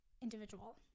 individual